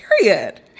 period